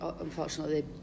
unfortunately